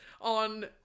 on